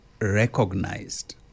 recognized